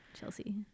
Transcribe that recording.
chelsea